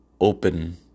open